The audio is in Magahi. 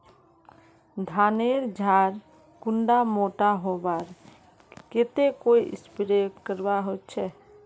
धानेर झार कुंडा मोटा होबार केते कोई स्प्रे करवा होचए?